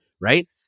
right